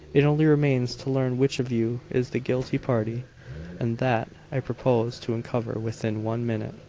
it only remains to learn which of you is the guilty party and that, i propose to uncover within one minute!